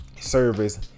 Service